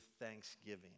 thanksgiving